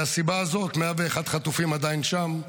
מהסיבה הזאת 101 חטופים עדיין שם,